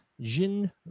Jin